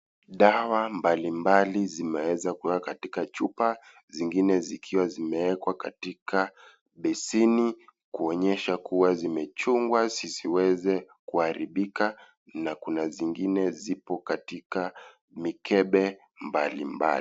Dawa mbalimbali zimeweza kuwa katika chupa, zingine zikiwa zimewekwa katika beseni kuonyesha kuwa zimechungwa zisiweze kuharibika na kuna zingine zipo katika mikebe mbalimbali.